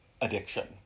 addiction